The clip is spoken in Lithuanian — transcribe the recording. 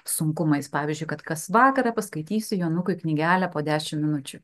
sunkumais pavyzdžiui kad kas vakarą paskaitysiu jonukui knygelę po dešimt minučių